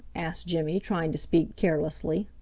asked jimmy, trying to speak carelessly.